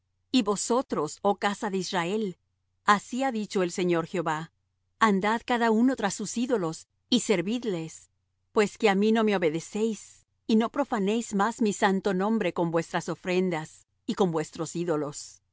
y vosotros oh casa de israel así ha dicho el señor jehová andad cada uno tras sus ídolos y servidles pues que á mí no me obedecéis y no profanéis más mi santo nombre con vuestras ofrendas y con vuestros ídolos